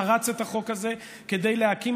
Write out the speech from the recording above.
אהוד ברק פרץ את החוק הזה כדי להקים